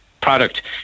product